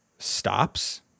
stops